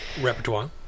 Repertoire